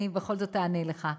אני בכל זאת אענה לך: